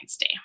Day